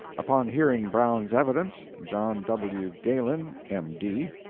upon hearing brown's evidence, john w. galen, m d,